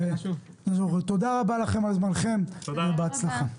תודה רבה לכם על זמנכם ובהצלחה.